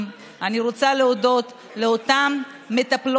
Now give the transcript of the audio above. על פי רוב חלק מהתפקיד של סגני השר זה לענות על שאילתות,